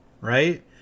right